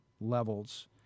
levels